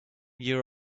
year